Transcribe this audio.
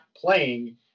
playing